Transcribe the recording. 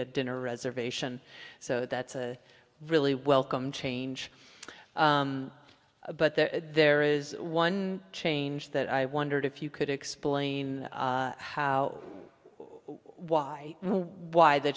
a dinner reservation so that's a really welcome change but there there is one change that i wondered if you could explain how why why the